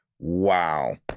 Wow